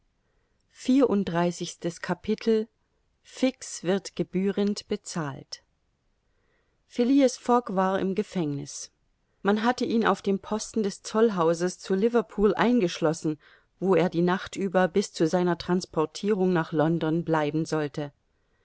vierunddreißigstes capitel fix wird gebührend bezahlt phileas fogg war im gefängniß man hatte ihn auf dem posten des zollhauses zu liverpool eingeschlossen wo er die nacht über bis zu seiner transportirung nach london bleiben sollte